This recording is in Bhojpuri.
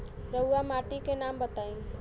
रहुआ माटी के नाम बताई?